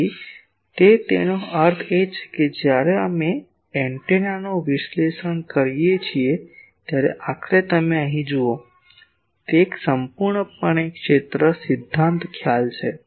તેથી તે તેનો અર્થ એ કે જ્યારે અમે એન્ટેનાનું વિશ્લેષણ કરીએ ત્યારે આખરે તમે અહીં જુઓ તે એક સંપૂર્ણપણે ક્ષેત્ર સિદ્ધાંત ખ્યાલ છે